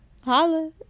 Holla